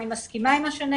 אני מסכימה עם מה שנאמר,